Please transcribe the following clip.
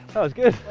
that was good.